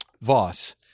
Voss